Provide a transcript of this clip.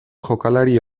jokalari